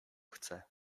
chcę